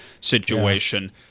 situation